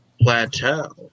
plateau